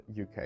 UK